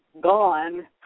gone